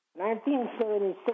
1976